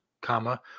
comma